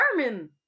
German